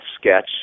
Sketch